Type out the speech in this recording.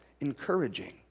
encouraging